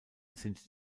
sind